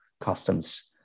customs